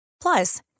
Plus